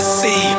see